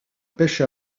pêche